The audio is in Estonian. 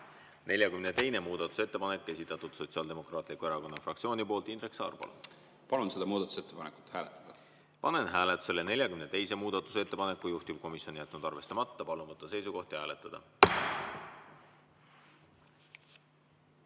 42. muudatusettepanek, esitatud Sotsiaaldemokraatliku Erakonna fraktsiooni poolt. Indrek Saar, palun! Palun seda muudatusettepanekut hääletada. Panen hääletusele 42. muudatusettepaneku. Juhtivkomisjon on jätnud arvestamata. Palun võtta seisukoht ja hääletada!